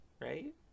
right